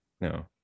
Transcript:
no